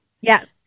Yes